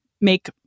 make